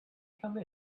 come